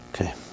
okay